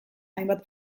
hainbat